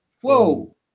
Whoa